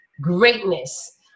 Greatness